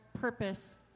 purpose